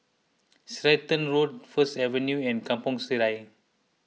Stratton Road First Avenue and Kampong Sireh